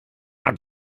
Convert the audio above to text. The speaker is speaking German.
hat